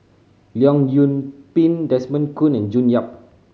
Leong Yoon Pin Desmond Kon and June Yap